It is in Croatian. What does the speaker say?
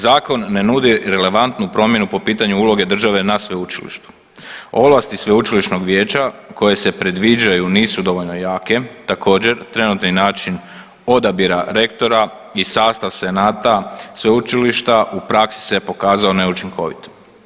Zakon ne nudi relevantnu promjenu po pitanju uloge države na sveučilištu, ovlasti sveučilišnog vijeća koje se predviđaju nisu dovoljno jake, također trenutni način odabira rektora i sastav senata sveučilišta u praksi se pokazao neučinkovit.